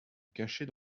cacher